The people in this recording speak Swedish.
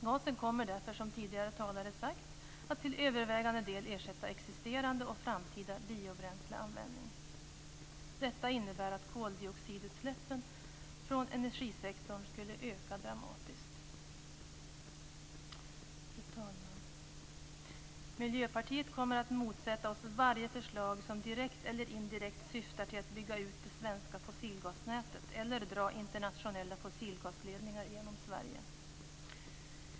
Gasen kommer därför, som tidigare talare sagt, att till övervägande del ersätta existerande och framtida biobränsleanvändning. Detta innebär att koldioxidutsläppen från energisektorn skulle öka dramatiskt. Fru talman! Miljöpartiet kommer att motsätta sig varje förslag som direkt eller indirekt syftar till att bygga ut det svenska fossilgasnätet eller dra internationella fossilgasledningar genom Sverige.